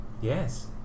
Yes